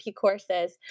courses